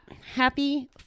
Happy